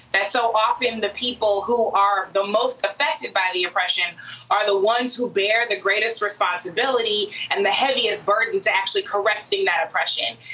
that so often the people who are the most affected by the oppression are the ones who bear the greatest responsibility and the heaviest burden to actually correcting that oppression.